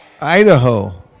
Idaho